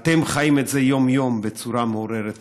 אתם חיים את זה יום-יום בצורה מעוררת הערצה.